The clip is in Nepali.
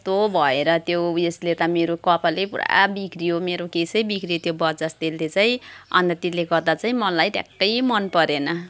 कस्तो भएर त्यो उयसले त मेरो कपालै पुरा बिग्रियो मेरो केशै बिग्रियो त्यो बजाज तेलले चाहिँ अन्त त्यसले गर्दा चाहिँ मलाई ट्याक्कै मनपरेन